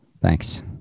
Thanks